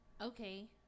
Okay